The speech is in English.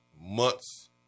months